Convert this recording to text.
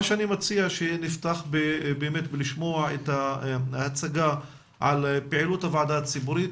אני מציע שנפתח בשמיעת ההצגה על פעילות הוועדה הציבורית,